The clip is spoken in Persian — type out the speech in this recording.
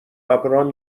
ﺑﺒﺮﺍﻥ